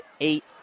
eight